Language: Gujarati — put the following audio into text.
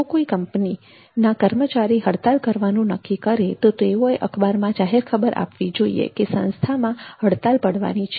જો કોઈ કંપનીના કર્મચારી હડતાલ કરવાનું નક્કી કરે તો તેઓએ અખબારમાં જાહેરાત આપવી જોઈએ કે સંસ્થામાં હડતાલ પડવાની છે